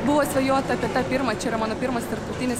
buvo svajota apie tą pirmą čia yra mano pirmas tarptautinis